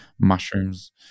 Mushrooms